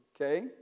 okay